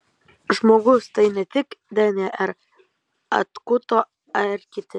žmogus tai ne tik dnr atkuto ir kiti